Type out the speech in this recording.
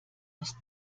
aus